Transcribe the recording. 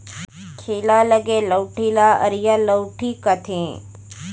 खीला लगे लउठी ल अरिया लउठी कथें